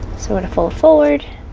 we're going to fold forward,